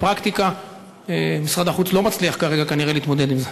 בפרקטיקה משרד החוץ לא מצליח כרגע כנראה להתמודד עם זה.